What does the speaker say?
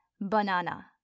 banana